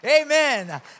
Amen